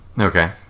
Okay